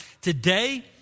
today